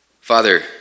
Father